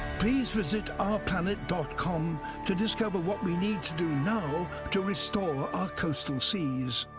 please visit ah ourplanet dot com to discover what we need to do now to restore our coastal seas.